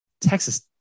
Texas